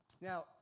Now